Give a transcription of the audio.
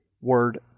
word